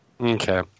Okay